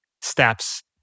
steps